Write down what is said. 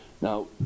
Now